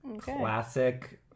Classic